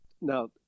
Now